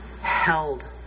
held